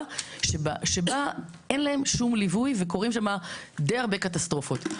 שבה אין להם שום ליווי וקורים שם די הרבה קטסטרופות.